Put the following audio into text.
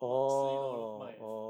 what 十一楼卖的